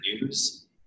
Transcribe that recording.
news